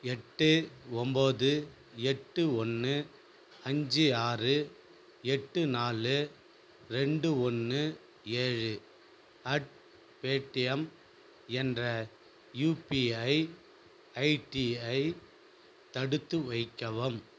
எட்டு ஒம்போது எட்டு ஒன்று அஞ்சு ஆறு எட்டு நாலு ரெண்டு ஒன்று ஏழு அட் பேடீம் என்ற யுபிஐ ஐடியை தடுத்து வைக்கவும்